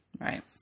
Right